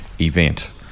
event